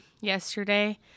yesterday